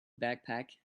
backpack